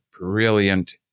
brilliant